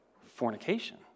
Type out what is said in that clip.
Fornication